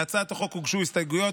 להצעת החוק הוגשו הסתייגויות.